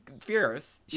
fierce